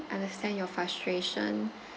understand your frustration